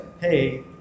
Hey